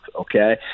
Okay